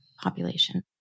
population